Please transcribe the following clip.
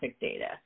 data